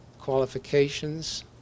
qualifications